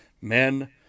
men